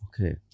Okay